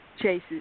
chases